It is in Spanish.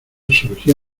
surgía